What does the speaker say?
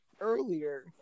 earlier